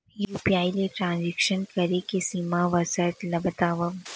UPI ले transaction करे के सीमा व शर्त ला बतावव?